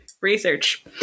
research